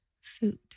food